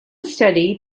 study